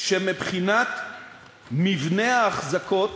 שמבחינת מבנה האחזקות,